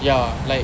ya like